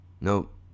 Nope